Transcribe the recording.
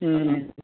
ம் ம்